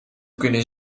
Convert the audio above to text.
kunnen